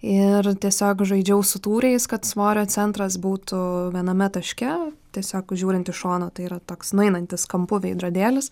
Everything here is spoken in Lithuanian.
ir tiesiog žaidžiau su tūriais kad svorio centras būtų viename taške tiesiog žiūrint iš šono tai yra toks nueinantis kampu veidrodėlis